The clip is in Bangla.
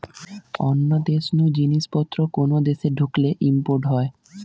অন্য দেশ নু জিনিস পত্র কোন দেশে ঢুকলে ইম্পোর্ট হয়